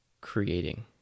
Creating